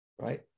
right